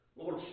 Lord